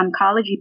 oncology